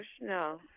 no